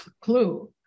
clue